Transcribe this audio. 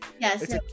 Yes